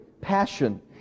passion